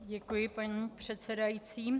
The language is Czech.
Děkuji, paní předsedající.